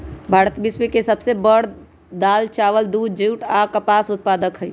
भारत विश्व के सब से बड़ दाल, चावल, दूध, जुट आ कपास के उत्पादक हई